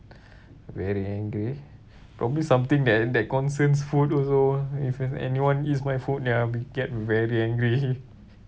very angry probably something that that concerns food also if there's anyone eats my food ya I'll be get very angry